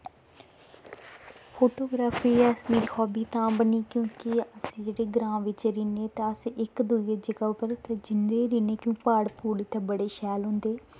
photography as मेरी hobby तां बनी क्योंकि अस जेह्ड़े ग्रांऽ बिच्च रैह्ने ते अस इक दूइयै जगह् उप्पर जंदै गै रैह्ने क्योंकि प्हाड़ प्हूड़ इत्थें बड़े शैल होंदे